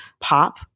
pop